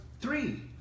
three